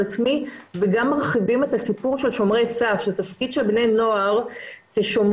עצמי וגם מרחיבים את הסיפור של שומרי סף שתפקיד של בני נוער ששומרים